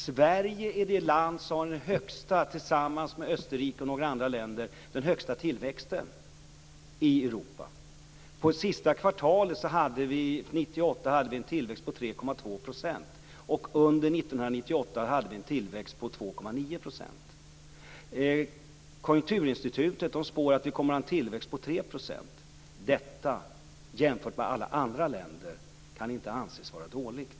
Sverige har, tillsammans med Österrike och några andra länder, den högsta tillväxten i Europa. Det sista kvartalet 1998 hade vi en tillväxt på 3,2 %. Under 1998 hade vi en tillväxt på 2,9 %. Konjunkturinstitutet spår att vi kommer att ha en tillväxt på 3 %. Det kan inte anses vara dåligt, jämfört med alla andra länder.